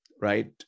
right